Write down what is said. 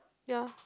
ya